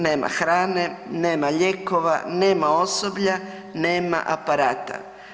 Nema hrane, nema lijekova, nema osoblja, nema aparata.